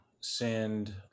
send